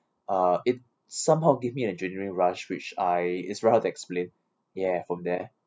uh it somehow give me an adrenaline rush which I is very hard to explain ya from there